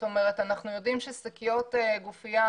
אנחנו יודעים ששקיות גופיה,